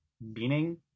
meaning